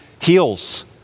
heals